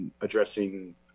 addressing